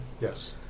Yes